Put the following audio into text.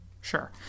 sure